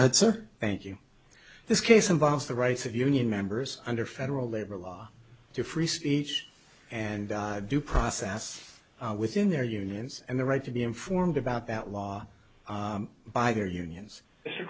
ahead sir thank you this case involves the rights of union members under federal labor law to free speech and due process within their unions and the right to be informed about that law by their unions